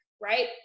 right